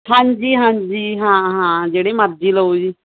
ਹਾਂਜੀ ਹਾਂਜੀ ਹਾਂ ਹਾਂ ਜਿਹੜੇ ਮਰਜ਼ੀ ਲਓ ਜੀ